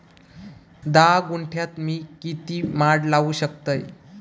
धा गुंठयात मी किती माड लावू शकतय?